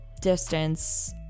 distance